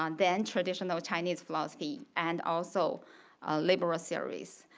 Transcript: um then traditional chinese philosophy and also liberal series.